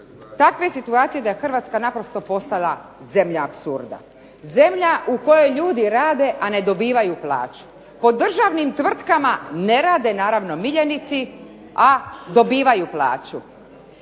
takve situacije da je Hrvatska naprosto postala zemlja apsurda, zemlja u kojoj ljudi rade a ne dobivaju plaću. Po državnim tvrtkama ne rade naravno miljenici, a dobivaju plaću.